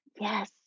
Yes